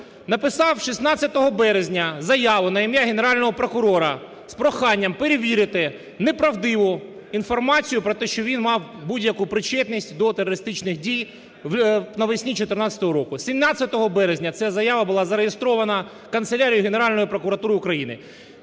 написав 16 березня заяву на ім'я Генерального прокурора з проханням перевірити неправдиву інформацію про те, що він мав будь-яку причетність до терористичних дій навесні 14-го року. 17 березня ця заява була зареєстрована в канцелярії Генеральної прокуратури України.